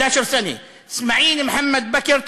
(בערבית: 11 שנה); אסמאעיל מוחמד בכר,